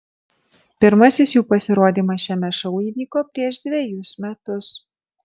pirmasis jų pasirodymas šiame šou įvyko prieš dvejus metus